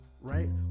right